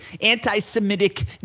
anti-Semitic